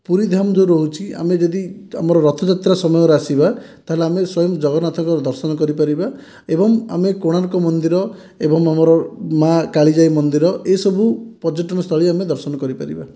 ପୁରୀ ଧାମ ଯେଉଁ ରହୁଛି ଆମେ ଯଦି ଆମର ରଥଯାତ୍ରା ସମୟରେ ଆସିବା ତାହେଲେ ଆମେ ସ୍ଵୟଂ ଜଗନ୍ନାଥଙ୍କର ଦର୍ଶନ କରିପାରିବା ଏବଂ ଆମେ କୋଣାର୍କ ମନ୍ଦିର ଏବଂ ଆମର ମା' କାଳିଜାଇ ମନ୍ଦିର ଏସବୁ ପର୍ଯ୍ୟଟନ ସ୍ଥଳୀ ଆମେ ଦର୍ଶନ କରିପାରିବା